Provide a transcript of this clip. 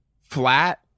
flat